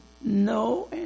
no